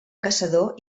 caçador